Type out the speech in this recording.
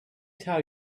tell